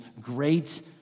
great